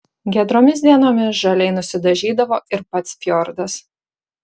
giedromis dienomis žaliai nusidažydavo ir pats fjordas